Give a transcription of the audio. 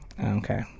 Okay